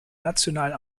nationalen